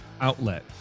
outlet